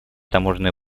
таможенные